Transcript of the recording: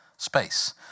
Space